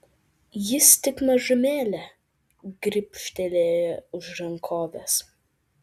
jis tik mažumėlę gribštelėjo už rankovės